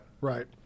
Right